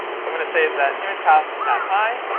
so i'm going to say that img paths at i,